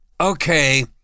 okay